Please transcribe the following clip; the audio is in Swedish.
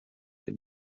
det